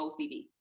OCD